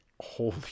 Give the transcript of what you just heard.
Holy